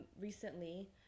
recently